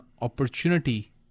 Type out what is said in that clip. opportunity